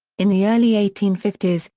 in the early eighteen fifty s,